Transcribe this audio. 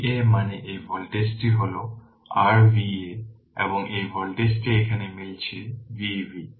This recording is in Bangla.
Va মানে এই ভোল্টেজটি হল r Va এবং এই ভোল্টেজটি এখানে মিলছে Vb Vb